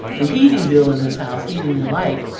the heating bill in this house, heating and light,